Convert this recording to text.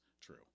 true